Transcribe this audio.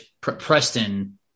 Preston